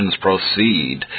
proceed